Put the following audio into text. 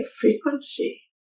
frequency